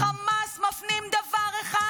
-- החמאס מפנים דבר אחד: